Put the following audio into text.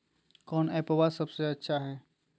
कौन एप्पबा सबसे अच्छा हय?